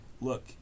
look